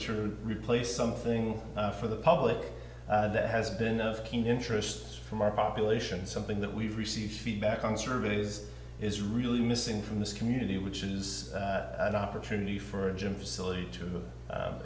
true replace something for the public that has been of keen interest from our population something that we've received feedback on surveys is really missing from this community which is an opportunity for a gym facility to